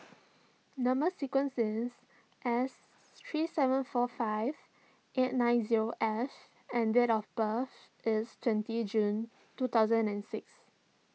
Number Sequence is S three seven four five eight nine zero F and date of birth is twenty June two thousand and six